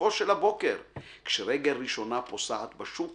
בפרצופו של הבוקר / כשרגל ראשונה פוסעת בשוק